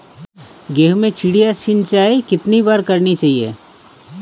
गेहूँ में चिड़िया सिंचाई कितनी बार करनी चाहिए?